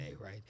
right